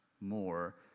more